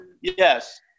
Yes